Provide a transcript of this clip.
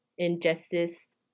Injustice